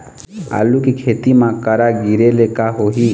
आलू के खेती म करा गिरेले का होही?